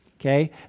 Okay